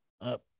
up